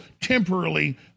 temporarily